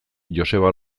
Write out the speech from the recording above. joseba